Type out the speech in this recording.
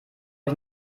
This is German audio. ich